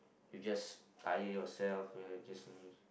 you just tire yourself you're just